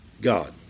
God